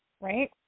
right